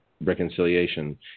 reconciliation